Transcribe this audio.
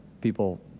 people